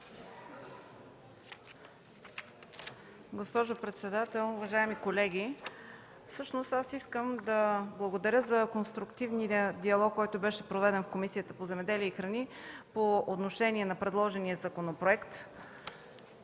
Госпожо председател, уважаеми колеги, всъщност искам да благодаря за конструктивния диалог, който беше проведен в Комисията по земеделие и храни по отношение на предложения законопроект.